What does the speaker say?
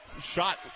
shot